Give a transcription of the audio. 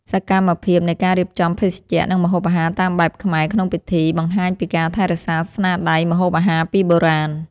សកម្មភាពនៃការរៀបចំភេសជ្ជៈ និងម្ហូបអាហារតាមបែបខ្មែរក្នុងពិធី បង្ហាញពីការថែរក្សាស្នាដៃម្ហូបអាហារពីបុរាណ។